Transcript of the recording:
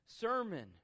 sermon